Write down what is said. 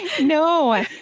No